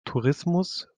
tourismus